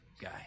guy